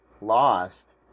lost